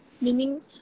meaning